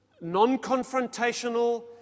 non-confrontational